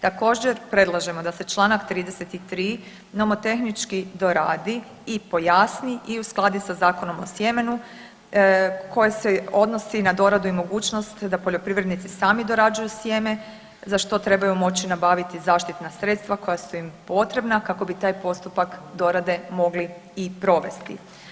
Također predlažemo da se Članak 33. nomotehnički doradi i pojasni i uskladi sa Zakonom o sjemenu koje se odnosi na doradu i mogućnost da poljoprivrednici sami dorađuju sjeme za što trebaju moći nabaviti zaštitna sredstva koja su im potrebna kako bi taj postupak dorade mogli i provesti.